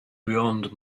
beyond